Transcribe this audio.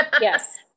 yes